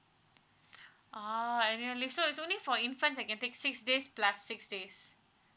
oh o~ only so is only for infant I can take six days plus six days